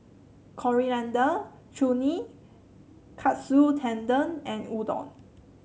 Coriander Chutney Katsu Tendon and Udon